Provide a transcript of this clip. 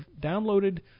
downloaded